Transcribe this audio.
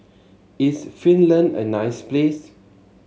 is Finland a nice place